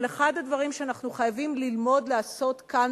אבל אחד הדברים שאנחנו חייבים ללמוד לעשות כאן